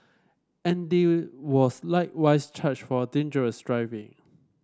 Andy was likewise charged for dangerous driving